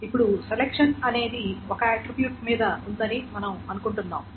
ఇప్పుడు సెలక్షన్ అనేది ఒకే ఆట్రిబ్యూట్ మీద ఉందని మనం అనుకుంటు న్నాము